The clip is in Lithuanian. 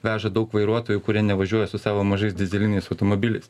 veža daug vairuotojų kurie nevažiuoja su savo mažais dyzeliniais automobiliais